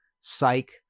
Psych